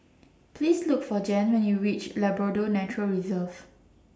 Please Look For Jann when YOU REACH Labrador Nature Reserve